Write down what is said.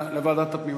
היא לוועדת הפנים.